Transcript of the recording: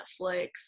Netflix